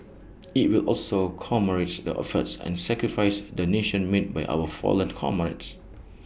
IT will also commemorate the efforts and sacrifices the nation made by our fallen comrades